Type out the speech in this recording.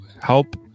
help